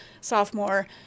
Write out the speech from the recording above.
sophomore